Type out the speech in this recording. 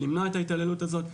למנוע את ההתעללות הזאת.